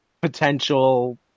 potential